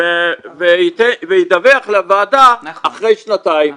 וידווח לוועדה אחרי שנתיים.